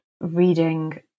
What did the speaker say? reading